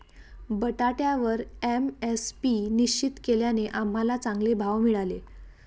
बटाट्यावर एम.एस.पी निश्चित केल्याने आम्हाला चांगले भाव मिळाले